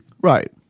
right